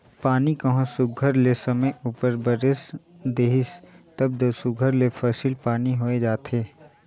पानी कहों सुग्घर ले समे उपर बरेस देहिस तब दो सुघर ले फसिल पानी होए जाथे